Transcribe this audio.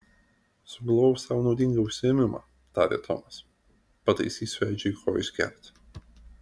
sugalvojau sau naudingą užsiėmimą tarė tomas pataisysiu edžiui ko išgerti